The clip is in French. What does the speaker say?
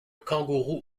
kangourou